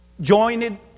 joined